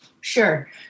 Sure